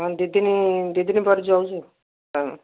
ହଁ ଦୁଇ ଦିନ ଦୁଇ ଦିନ ପରେ ଯାଉଛୁ ହଁ